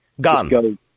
Gone